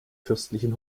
fürstlichen